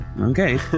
Okay